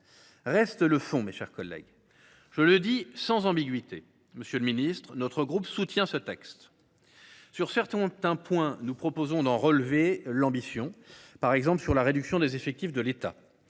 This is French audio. Reste le fond, mes chers collègues. Je le dis sans ambiguïté, monsieur le ministre, notre groupe soutient ce texte. Sur certains points, nous proposons d’en relever l’ambition, par exemple sur la réduction des effectifs de l’État.